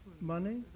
money